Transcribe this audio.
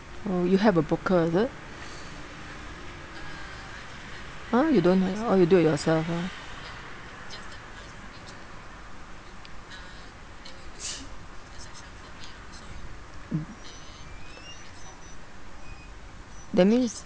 oh you have a broker is it !huh! you don't have oh you do it yourself ah that means